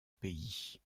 pays